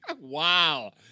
Wow